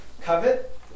covet